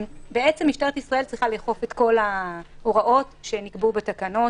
בעצם משטרת ישראל צריכה לאכוף את כל ההוראות שנקבעו בתקנות